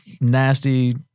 nasty